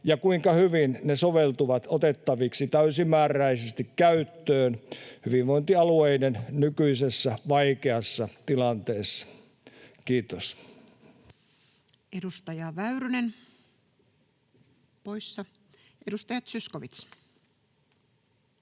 ja kuinka hyvin ne soveltuvat otettaviksi täysimääräisesti käyttöön hyvinvointialueiden nykyisessä vaikeassa tilanteessa. — Kiitos. [Speech 242] Speaker: Toinen